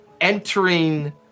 entering